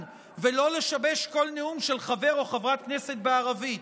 ולא לשבש כל נאום של חבר או חברת כנסת בערבית.